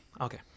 Okay